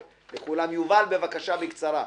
יובל, בבקשה, בקצרה.